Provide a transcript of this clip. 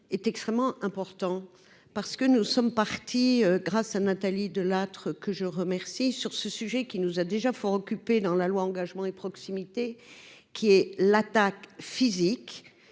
est extrêmement important parce que nous sommes partis grâce à Nathalie Delattre, que je remercie sur ce sujet qui nous a déjà fort occupé dans la loi Engagement et proximité, qui est l'attaque physique